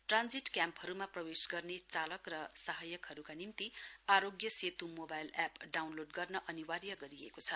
transit क्याम्पहरूमा प्रवेश गर्ने चालक र सहायकहरूका निम्ति Aarogya Setu mobile app download गर्न अनिर्वाय गरिएको छ